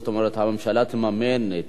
הממשלה תממן את,